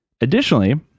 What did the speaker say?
Additionally